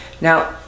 Now